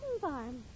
farm